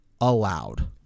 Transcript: allowed